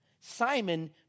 Simon